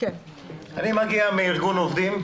אני מגיע מארגון עובדים,